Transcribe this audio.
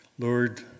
Lord